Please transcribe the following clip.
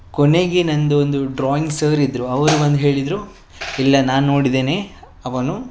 ಕೊನೆಗೆ ನನ್ನದು ಒಂದು ಡ್ರಾಯಿಂಗ್ ಸರ್ ಇದ್ದರು ಅವರು ಬಂದು ಹೇಳಿದರು ಇಲ್ಲ ನಾನು ನೋಡಿದ್ದೇನೆ ಅವನು